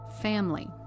family